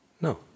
No